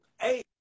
Hey